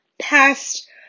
past